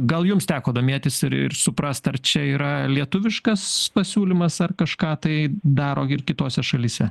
gal jums teko domėtis ir ir suprasti ar čia yra lietuviškas pasiūlymas ar kažką tai daro ir kitose šalyse